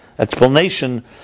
Explanation